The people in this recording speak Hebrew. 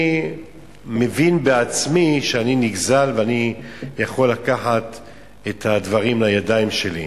אני מבין בעצמי שאני נגזל ואני יכול לקחת את הדברים לידיים שלי.